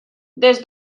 des